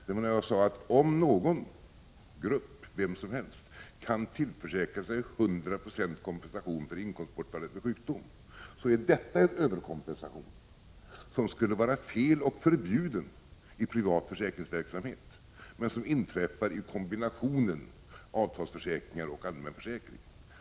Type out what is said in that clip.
Det var när jag sade att om någon grupp, vilken som helst, kan tillförsäkra sig 100 26 kompensation för inkomstbortfallet vid sjukdom är detta en överkompensation, som skulle vara felaktig och förbjuden i privat försäkringsverksamhet men som inträffar i kombinationen avtalsförsäkring och allmän försäkring.